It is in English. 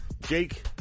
Jake